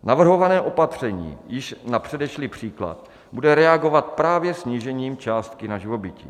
Navrhované opatření již na předešlý příklad bude reagovat právě snížením částky na živobytí.